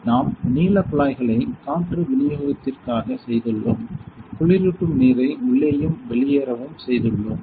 நாம் நீல குழாய்களை காற்று விநியோகத்திற்காக செய்துள்ளோம் குளிரூட்டும் நீரை உள்ளேயும் வெளியேறவும் செய்துள்ளோம்